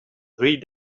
three